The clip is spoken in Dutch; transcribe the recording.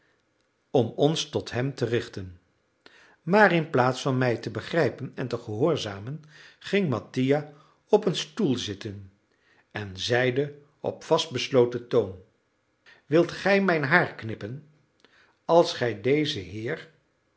om ons tot hem te richten maar inplaats van mij te begrijpen en te gehoorzamen ging mattia op een stoel zitten en zeide hij op vastbesloten toon wilt gij mijn haar knippen als gij dezen heer